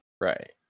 Right